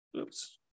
Oops